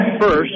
first